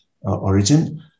origin